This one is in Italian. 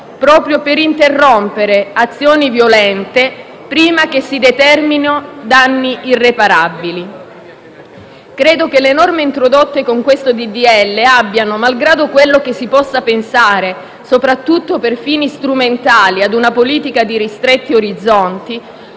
proprio per interrompere azioni violente prima che si determinino danni irreparabili. Credo che le norme introdotte con il disegno di legge in esame abbiano, malgrado quello che si possa pensare, soprattutto per fini strumentali ad una politica di ristretti orizzonti,